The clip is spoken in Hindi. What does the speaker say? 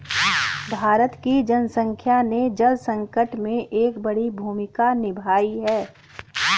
भारत की जनसंख्या ने जल संकट में एक बड़ी भूमिका निभाई है